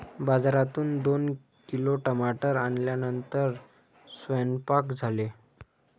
बाजारातून दोन किलो टमाटर आणल्यानंतर सेवन्पाक झाले